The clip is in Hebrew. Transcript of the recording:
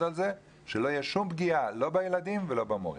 על כך שלא תהיה כל פגיעה לא בילדים ולא במורים.